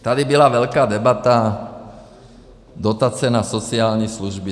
Tady byla velká debata dotace na sociální služby.